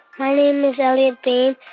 my name is elliot dean,